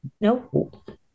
Nope